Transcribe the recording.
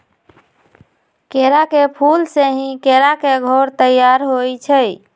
केरा के फूल से ही केरा के घौर तइयार होइ छइ